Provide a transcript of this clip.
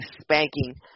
spanking